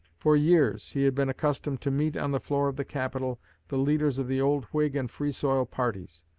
for years he had been accustomed to meet on the floor of the capitol the leaders of the old whig and free-soil parties.